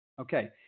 Okay